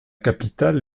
capitale